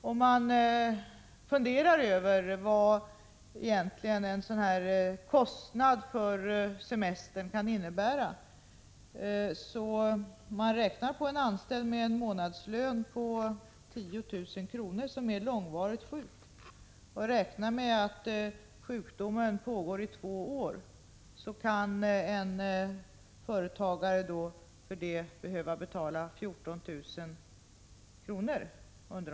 Om man funderar över vad en sådan här kostnad för semesterersättning egentligen kan innebära och räknar med exemplet med en anställd med en månadslön av 10 000 kr., en anställd som är långvarigt sjuk, sjukdomen beräknas pågå i två år, kommer man fram till att en företagare behöver betala ut tillsammans 14 000 kr.